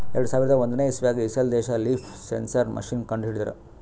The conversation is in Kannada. ಎರಡು ಸಾವಿರದ್ ಒಂದನೇ ಇಸವ್ಯಾಗ್ ಇಸ್ರೇಲ್ ದೇಶ್ ಲೀಫ್ ಸೆನ್ಸರ್ ಮಷೀನ್ ಕಂಡು ಹಿಡದ್ರ